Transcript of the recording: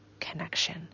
connection